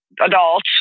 adults